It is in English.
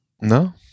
No